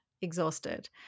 exhausted